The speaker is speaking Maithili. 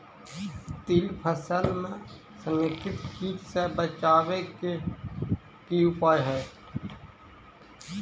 तिल फसल म समेकित कीट सँ बचाबै केँ की उपाय हय?